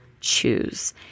choose